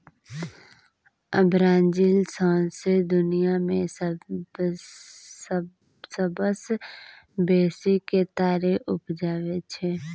Brazil सौंसे दुनियाँ मे सबसँ बेसी केतारी उपजाबै छै